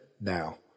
Now